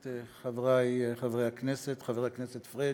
תודה, חברי חברי הכנסת, חבר הכנסת פריג',